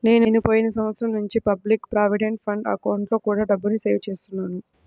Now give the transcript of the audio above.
నేను పోయిన సంవత్సరం నుంచి పబ్లిక్ ప్రావిడెంట్ ఫండ్ అకౌంట్లో కూడా డబ్బుని సేవ్ చేస్తున్నాను